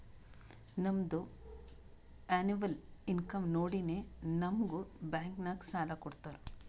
ನಮ್ದು ಎನ್ನವಲ್ ಇನ್ಕಮ್ ನೋಡಿನೇ ನಮುಗ್ ಬ್ಯಾಂಕ್ ನಾಗ್ ಸಾಲ ಕೊಡ್ತಾರ